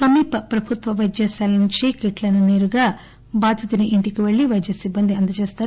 సమీప ప్రభుత్వ పైద్యశాల నుంచి కిట్లను నేరుగా బాధితుని ఇంటికెళ్లి వైద్యసిబ్బంది అందజేస్తుంది